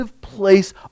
place